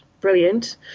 brilliant